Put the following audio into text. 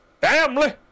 Family